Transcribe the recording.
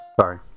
Sorry